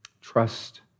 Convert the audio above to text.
Trust